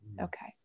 Okay